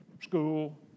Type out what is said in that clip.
school